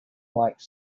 like